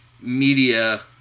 media